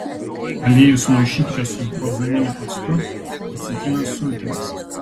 aliejų sumaišykite su balzaminiu actu ir citrinos sultimis